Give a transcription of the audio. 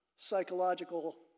psychological